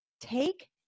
take